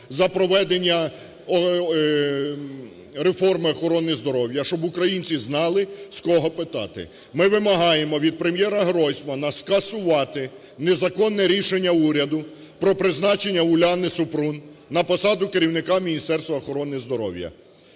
за проведення реформи охорони здоров'я, щоб українці знали, з кого питати. Ми вимагаємо від Прем’єраГройсмана скасувати незаконне рішення уряду про призначення Уляни Супрун на посаду керівника Міністерства охорони здоров'я.